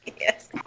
Yes